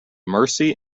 mersey